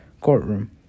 courtroom